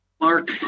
Mark